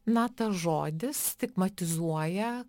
na tas žodis stigmatizuoja